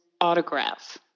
autograph